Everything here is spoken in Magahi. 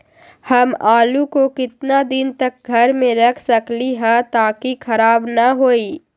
हम आलु को कितना दिन तक घर मे रख सकली ह ताकि खराब न होई?